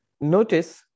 Notice